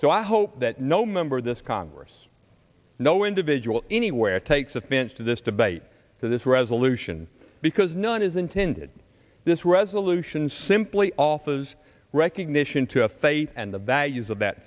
so i hope that no member of this congress no individual anywhere takes offense to this debate to this resolution because none is intended this resolution simply offers recognition to a faith and the values of that